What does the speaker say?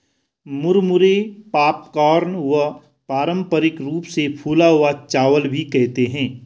मुरमुरे पॉपकॉर्न व पारम्परिक रूप से फूला हुआ चावल भी कहते है